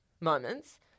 moments